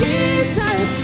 Jesus